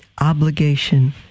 obligation